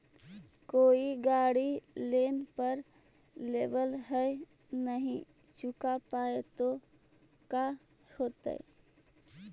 कोई गाड़ी लोन पर लेबल है नही चुका पाए तो का होतई?